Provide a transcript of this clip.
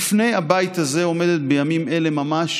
בפני הבית הזה עומדת בימים אלה ממש